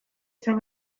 izan